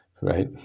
right